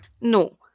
No